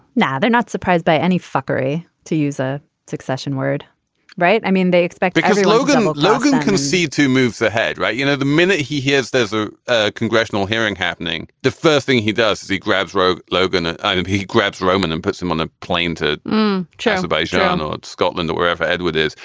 now they're not surprised by any thuggery to use a succession word right i mean they expect because logan um logan can see two moves ahead. right. you know the minute he hears there's ah a congressional hearing happening the first thing he does is he grabs rogue logan ah and and he grabs roman and puts him on a plane to china by charlotte scotland or wherever edward is.